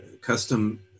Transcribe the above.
custom